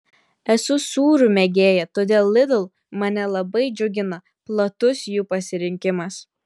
esu sūrių mėgėja todėl lidl mane labai džiugina platus jų pasirinkimas